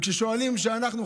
וכששואלים מה אנחנו,